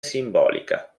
simbolica